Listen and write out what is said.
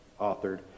authored